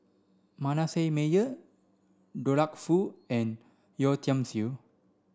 Manasseh Meyer Douglas Foo and Yeo Tiam Siew